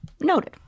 Noted